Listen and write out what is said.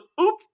oop